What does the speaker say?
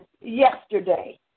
yesterday